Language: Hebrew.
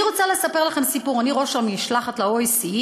אני רוצה לספר לכם סיפור: אני ראש המשלחת ל-OSCE,